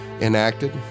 Enacted